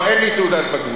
לא, אין לי תעודת בגרות.